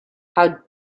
how